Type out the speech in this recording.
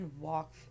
walk